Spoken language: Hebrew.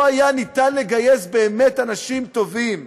לא היה אפשר לגייס באמת אנשים טובים,